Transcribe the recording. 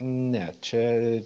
ne čia